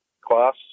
class